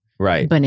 Right